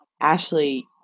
Ashley